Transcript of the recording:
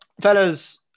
Fellas